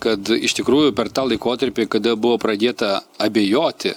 kad iš tikrųjų per tą laikotarpį kada buvo pradėta abejoti